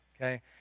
okay